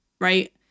right